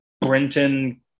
Brenton